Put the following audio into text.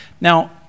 Now